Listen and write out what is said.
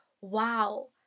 wow